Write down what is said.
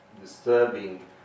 disturbing